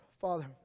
Father